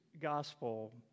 gospel